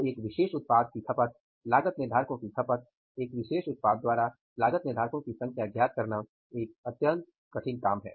तो एक विशेष उत्पाद की खपत लागत निर्धारको की खपत एक विशेष उत्पाद द्वारा लागत निर्धारको की संख्या ज्ञात करना एक अत्यंत मुश्किल काम है